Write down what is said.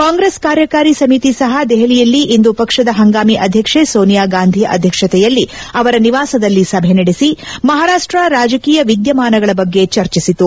ಕಾಂಗ್ರೆಸ್ ಕಾರ್ಯಕಾರಿ ಸಮಿತಿ ಸಹ ದೆಹಲಿಯಲ್ಲಿಂದು ಪಕ್ಷದ ಹಂಗಾಮಿ ಅಧ್ಯಕ್ಷೆ ಸೋನಿಯಾಗಾಂಧಿ ಅಧ್ಯಕ್ಷತೆಯಲ್ಲಿ ಅವರ ನಿವಾಸದಲ್ಲಿ ಸಭೆ ನಡೆಸಿ ಮಹಾರಾಷ್ಷ ರಾಜಕೀಯ ವಿಧ್ಯಮಾನಗಳ ಬಗ್ಗೆ ಚರ್ಚಿಸಿತು